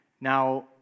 Now